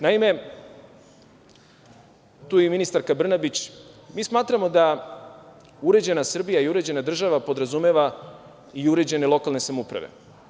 Naime, tu je i ministarka Brnabić, smatramo da uređena Srbija i uređena država podrazumeva i uređene lokalne samouprave.